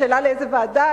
השאלה לאיזו ועדה,